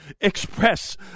express